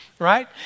Right